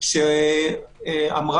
כי עדיין אנשים מבצעים עבירות מסוכנות.